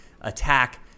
attack